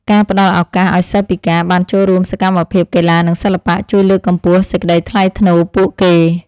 ការផ្តល់ឱកាសឱ្យសិស្សពិការបានចូលរួមសកម្មភាពកីឡានិងសិល្បៈជួយលើកកម្ពស់សេចក្តីថ្លៃថ្នូរពួកគេ។